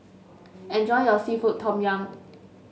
enjoy your seafood Tom Yum